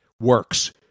works